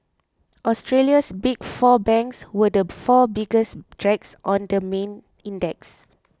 Australia's Big Four banks were the four biggest drags on the main index